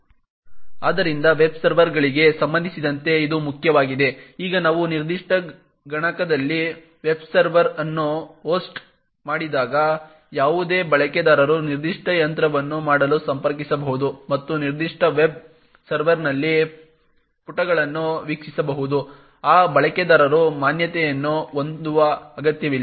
ಆದ್ದರಿಂದ ವೆಬ್ಸರ್ವರ್ಗಳಿಗೆ ಸಂಬಂಧಿಸಿದಂತೆ ಇದು ಮುಖ್ಯವಾಗಿದೆ ಈಗ ನಾವು ನಿರ್ದಿಷ್ಟ ಗಣಕದಲ್ಲಿ ವೆಬ್ ಸರ್ವರ್ ಅನ್ನು ಹೋಸ್ಟ್ ಮಾಡಿದಾಗ ಯಾವುದೇ ಬಳಕೆದಾರರು ನಿರ್ದಿಷ್ಟ ಯಂತ್ರವನ್ನು ಮಾಡಲು ಸಂಪರ್ಕಿಸಬಹುದು ಮತ್ತು ನಿರ್ದಿಷ್ಟ ವೆಬ್ ಸರ್ವರ್ನಲ್ಲಿ ಪುಟಗಳನ್ನು ವೀಕ್ಷಿಸಬಹುದು ಆ ಬಳಕೆದಾರರು ಮಾನ್ಯತೆಯನ್ನು ಹೊಂದುವ ಅಗತ್ಯವಿಲ್ಲ